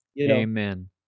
Amen